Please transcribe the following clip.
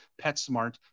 PetSmart